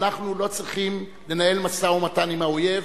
אנחנו לא צריכים לנהל משא-ומתן עם האויב.